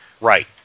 Right